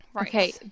Okay